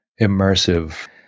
immersive